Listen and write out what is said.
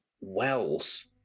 Wells